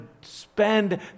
spend